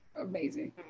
amazing